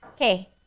okay